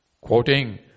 Quoting